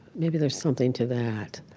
maybe there's something to that.